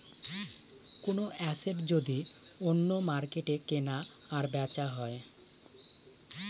কোনো এসেট যদি অন্য মার্কেটে কেনা আর বেচা হয়